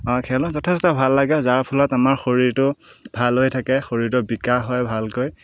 খেলোঁ যথেষ্ট ভাল লাগে যাৰ ফলত আমাৰ শৰীৰটো ভাল হৈ থাকে শৰীৰটো বিকাশ হয় ভালকৈ